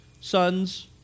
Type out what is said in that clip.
sons